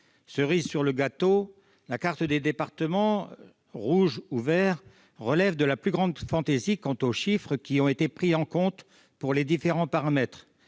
Cerise sur le gâteau, la carte des départements rouges ou verts relève de la plus grande fantaisie quant aux chiffres qui ont été pris en compte pour définir les différents paramètres.